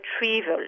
retrieval